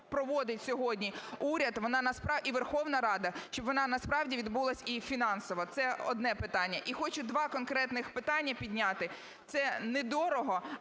проводить сьогодні уряд, вона… і Верховна Рада, щоб вона насправді відбулася і фінансово. Це одне питання. І хочу два конкретних питання підняти. Це не дорого,